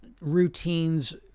routines